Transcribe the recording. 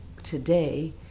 Today